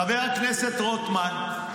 חבר הכנסת רוטמן,